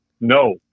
No